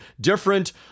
different